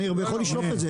אני יכול לשלוף את זה,